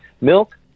milk